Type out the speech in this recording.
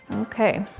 okay,